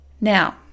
now